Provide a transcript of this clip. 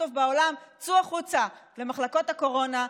צאו החוצה למחלקות הקורונה,